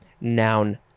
Noun